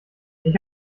ich